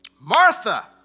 Martha